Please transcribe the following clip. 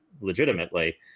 legitimately